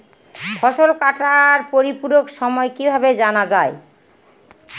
ফসল কাটার পরিপূরক সময় কিভাবে জানা যায়?